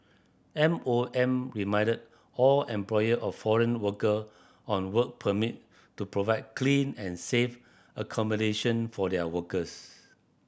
M O M reminded all employer of foreign worker on work permit to provide clean and safe accommodation for their workers